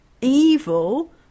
evil